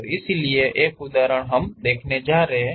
तो इस लिए एक उदाहरण हम देखने जा रहे हैं